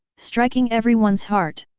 striking everyone's heart.